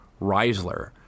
Reisler